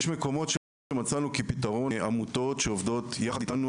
יש מקומות שמצאנו כפתרון עמותות שעובדות יחד איתנו